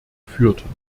führten